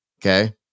Okay